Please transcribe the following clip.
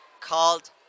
called